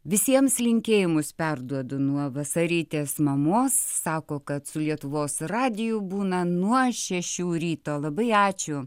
visiems linkėjimus perduodu nuo vasarytės mamos sako kad su lietuvos radiju būna nuo šešių ryto labai ačiū